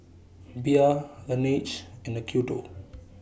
Bia Laneige and Acuto